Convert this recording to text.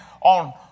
on